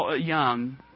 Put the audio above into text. young